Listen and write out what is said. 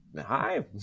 hi